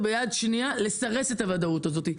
וביד שנייה לסרס את הוודאות הזאת.